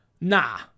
Nah